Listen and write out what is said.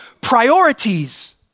priorities